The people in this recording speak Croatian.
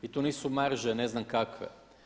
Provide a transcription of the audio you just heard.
I to nisu marže ne znam kakve.